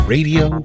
Radio